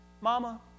Mama